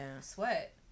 sweat